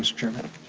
and chairman.